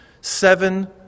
seven